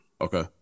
Okay